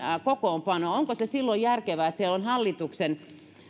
kokoonpanoa onko se silloin järkevää että siellä on hallituksella